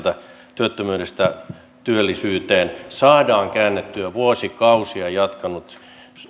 työttömyydestä työllisyyteen saadaan käännettyä vuosikausia jatkunut